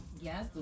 Yes